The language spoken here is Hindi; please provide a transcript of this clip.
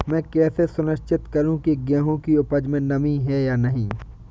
मैं कैसे सुनिश्चित करूँ की गेहूँ की उपज में नमी है या नहीं?